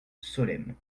solesmes